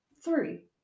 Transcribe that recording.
three